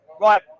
Right